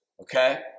okay